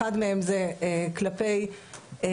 אחד מהם זה כלפי שוטר,